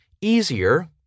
easier